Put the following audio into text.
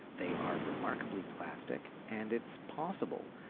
they are remarkably plastic and it's possible.